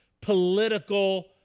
political